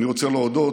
אני רוצה להודות